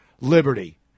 Liberty